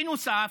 בנוסף,